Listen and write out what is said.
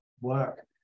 work